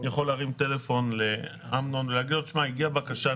אני יכול להתקשר בטלפון לאמנון שמואלי ולהגיד לו: הגיעה בקשה,